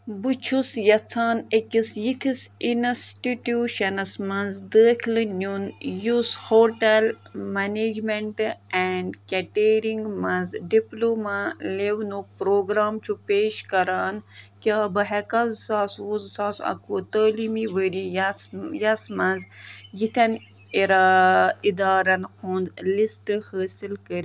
بہٕ چھُس یژھان أکِس یِتھِس اِنَسٹِٹیوٗشَنَس مَنٛز دٲخلہٕ نیُن یُس ہوٹل مَنیجمٮ۪نٛٹ اینٛڈ کٮ۪ٹیرِنٛگ مَنٛز ڈِپلوما لٮ۪ونُک پروگرام چھُ پیش کران کیٛاہ بہٕ ہٮ۪کا زٕ ساس وُہ زٕ ساس اَکہٕ وُہ تٲلیٖمی ؤریَس یَس مَنٛز یِتھٮ۪ن اِرا اِدارن ہُنٛد لِسٹ حٲصِل